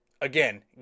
again